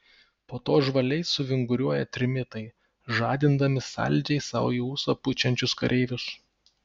po to žvaliai suvinguriuoja trimitai žadindami saldžiai sau į ūsą pučiančius kareivius